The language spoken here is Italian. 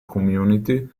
community